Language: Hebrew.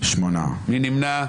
מי נמנע?